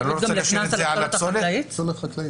אתה לא רוצה להשאיר אפשרות לתת פה קנס על פסולת חקלאית?